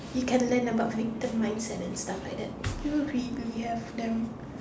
you can learn about victimize and then stuff like that do we really have them